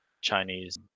Chinese